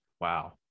Wow